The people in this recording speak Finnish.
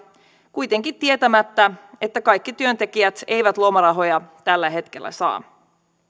kuitenkaan tietämättä että kaikki työntekijät eivät lomarahoja tällä hetkellä saa